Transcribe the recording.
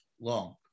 long